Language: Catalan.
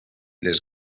les